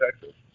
Texas